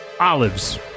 olives